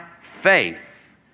faith